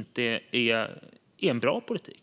att det är en bra politik.